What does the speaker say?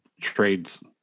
trades